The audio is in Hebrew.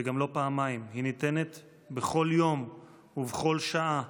וגם לא פעמיים, היא ניתנת בכל יום ובכל שעה,